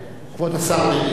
כבוד השר בגין, בבקשה.